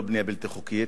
לא בנייה בלתי חוקית,